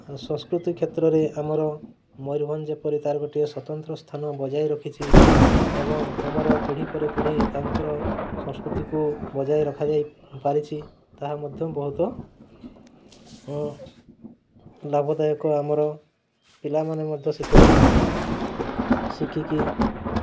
ସଂସ୍କୃତି କ୍ଷେତ୍ରରେ ଆମର ମୟୂରଭଞ୍ଜ ପରି ତାର ଗୋଟିଏ ସ୍ୱତନ୍ତ୍ର ସ୍ଥାନ ବଜାଇ ରଖିଛି ଏବଂ ଆମର ପିଢ଼ି ପରେ ପିଢ଼ି ତାଙ୍କର ସଂସ୍କୃତିକୁ ବଜାୟ ରଖାଯାଇ ପାରିଛି ତାହା ମଧ୍ୟ ବହୁତ ଲାଭଦାୟକ ଆମର ପିଲାମାନେ ମଧ୍ୟ ସେଥିରୁ ଶିଖିକି